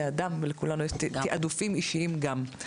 אדם ולכולנו יש תעדופים אישיים גם.